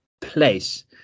place